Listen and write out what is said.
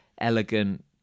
elegant